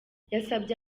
yasabye